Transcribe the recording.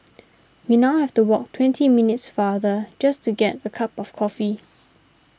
we now have to walk twenty minutes farther just to get a cup of coffee